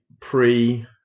pre